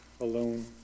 alone